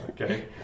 okay